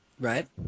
Right